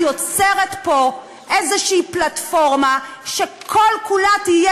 את יוצרת פה איזושהי פלטפורמה שכל-כולה תהיה